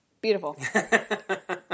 beautiful